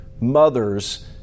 mothers